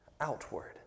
outward